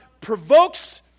provokes